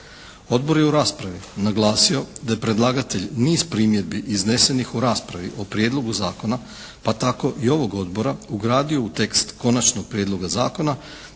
Odbor je u raspravi naglasio da je predlagatelj niz primjedbi iznesenih u raspravi o Prijedlogu zakona, pa tako i ovog Odbora ugradio u tekst Konačnog prijedloga Zakona